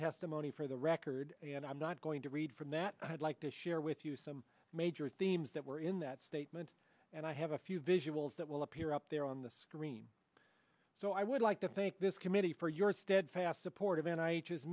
testimony for the record and i'm not going to read from that i'd like to share with you some major themes that were in that statement and i have a few visuals that will appear up there on the screen so i would like to think this committee for your steadfast support